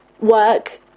work